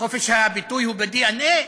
חופש הביטוי הוא בדנ"א,